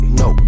no